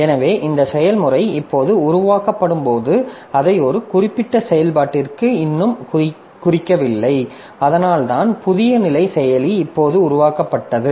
எனவே இந்த செயல்முறை இப்போது உருவாக்கப்படும்போது அதை ஒரு குறிப்பிட்ட செயல்பாட்டிற்கு இன்னும் குறிக்கவில்லை அதனால் தான் புதிய நிலை செயலி இப்போது உருவாக்கப்பட்டது